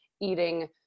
eating